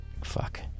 Fuck